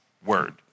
word